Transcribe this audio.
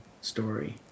story